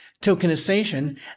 tokenization